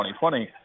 2020